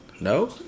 No